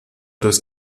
das